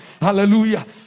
Hallelujah